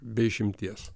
be išimties